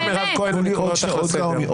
מירב כהן, אני קורא אותך לסדר.